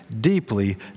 deeply